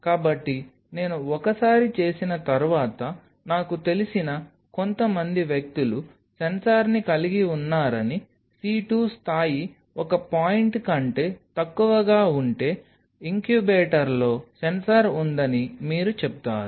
కాబట్టి నేను ఒకసారి చేసిన తర్వాత నాకు తెలిసిన కొంతమంది వ్యక్తులు సెన్సార్ని కలిగి ఉన్నారని C2 స్థాయి ఒక పాయింట్ కంటే తక్కువగా ఉంటే ఇంక్యుబేటర్లో సెన్సార్ ఉందని మీరు చెబుతారు